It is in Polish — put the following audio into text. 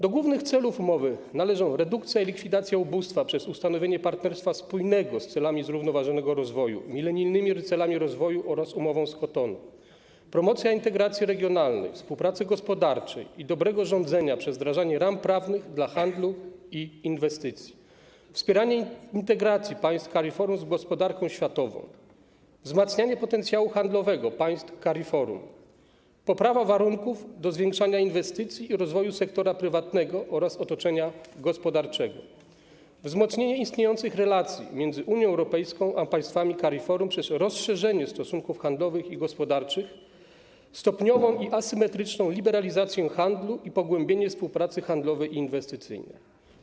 Do głównych celów umowy należą redukcja i likwidacja ubóstwa przez ustanowienie partnerstwa spójnego z celami zrównoważonego rozwoju, Milenijnymi Celami Rozwoju oraz Umową z Kotonu, promocja integracji regionalnej, współpracy gospodarczej i dobrego rządzenia przez wdrażanie ram prawnych dla handlu i inwestycji, wspieranie integracji państw CARIFORUM z gospodarką światową, wzmacnianie potencjału handlowego państw CARIFORUM, poprawa warunków do zwiększania inwestycji i rozwoju sektora prywatnego oraz otoczenia gospodarczego, wzmocnienie istniejących relacji między Unią Europejską a państwami CARIFORUM przez rozszerzenie stosunków handlowych i gospodarczych, stopniową i asymetryczną liberalizację handlu i pogłębienie współpracy handlowej i inwestycyjnej.